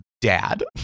dad